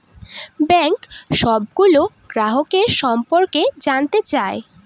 bank সবগুলো গ্রাহকের সম্পর্কে জানতে চায়